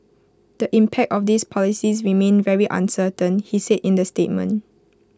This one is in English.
the impact of these policies remains very uncertain he said in the statement